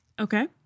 Okay